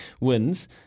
wins